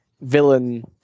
villain